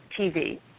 TV